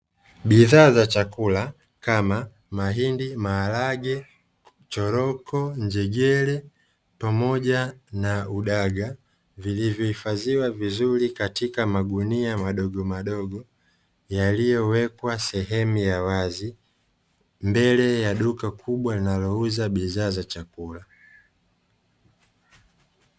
Bidhaa za chakula kama mahindi, maharage, choroko; njegere pamoja na udaga vilivyo hifadhiwa vizuri katika magunia madogo madogo, yaliyowekwa sehemu ya wazi mbele ya duka kubwa linalo uza bidhaa za chakula.